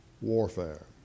warfare